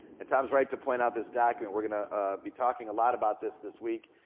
and tom's right to point out this document. we're gonna be talking a lot about this this week,